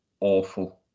awful